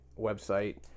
website